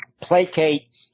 placate